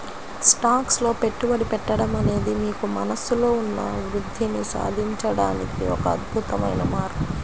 stocks లో పెట్టుబడి పెట్టడం అనేది మీకు మనస్సులో ఉన్న వృద్ధిని సాధించడానికి ఒక అద్భుతమైన మార్గం